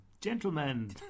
gentlemen